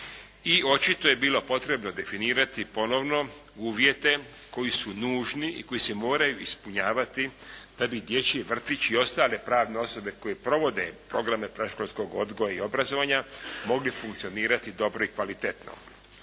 očito je bilo potrebno definirati ponovno uvjete koji su nužni i koji se moraju ispunjavati da bi dječji vrtići i ostale pravne osobe koje provode programe predškolskog odgoja i obrazovanja, mogli funkcionirati dobro i kvalitetno.